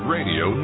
Radio